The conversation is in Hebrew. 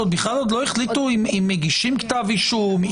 כשעוד בכלל לא החליטו אם מגישים כתב אישום?